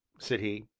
said he.